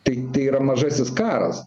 tai tai yra mažasis karas